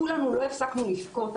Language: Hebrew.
כולנו לא הפסקנו לבכות.